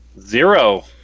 Zero